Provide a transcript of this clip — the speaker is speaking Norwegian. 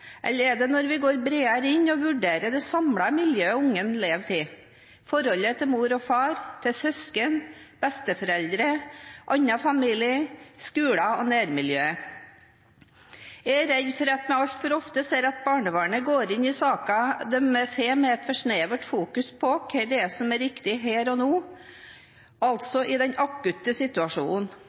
eller er det når vi går bredere inn og vurderer det samlede miljøet som ungen lever i – forholdet til mor og far, til søsken, besteforeldre, annen familie, skolen og nærmiljøet? Jeg er redd for at vi altfor ofte ser at barnevernet går inn i saker de får, med et for snevert fokus på hva som er riktig her og nå, altså i den akutte situasjonen.